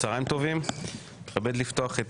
אני מתכבד לפתוח את